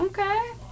Okay